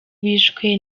bishwe